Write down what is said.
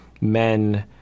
men